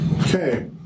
Okay